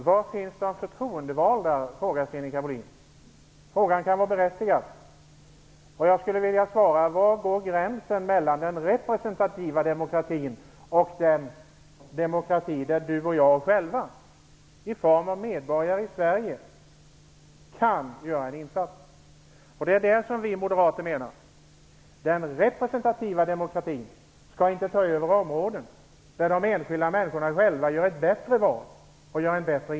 Fru talman! Sinikka Bohlin frågar var de förtroendevalda finns. Frågan kan vara berättigad. Och jag skulle vilja svara med en motfråga: Var går gränsen mellan den representativa demokratin och den demokrati där vi själva i form av medborgare i Sverige kan göra en insats? Vi moderater menar där att den representativa demokratin inte skall ta över områden där de enskilda människorna själva gör ett bättre val och en bättre insats.